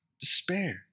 despair